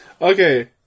Okay